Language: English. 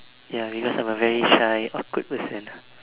ya because I'm a very shy awkward person ah